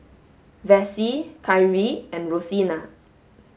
Vassie Kyrie and Rosina